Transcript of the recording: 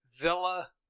Villa